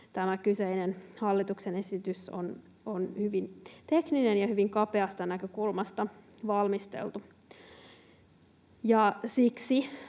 tämä kyseinen hallituksen esitys on hyvin tekninen ja hyvin kapeasta näkökulmasta valmisteltu, ja siksi